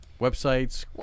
Websites